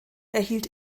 erhielt